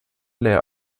leer